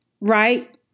Right